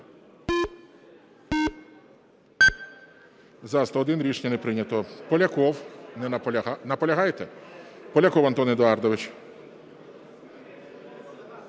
За-101 Рішення не прийнято. Поляков. Наполягаєте? Поляков Антон Едуардович.